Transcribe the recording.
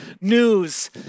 news